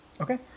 okay